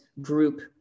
group